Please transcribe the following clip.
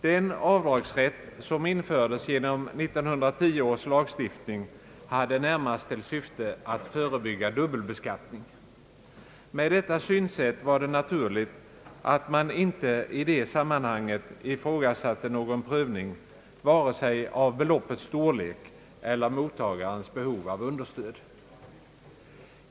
Den avdragsrätt som infördes genom 1910 års lagstiftning hade närmast till syfte att förebygga dubbelbeskattning. Med detta synsätt var det naturligt, att man inte i detta sammanhang ifrågasatte någon prövning vare sig av beloppets storlek eller av mottagarens behov av understöd.